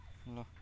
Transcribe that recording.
hello